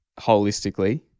holistically